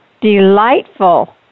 delightful